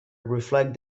reflect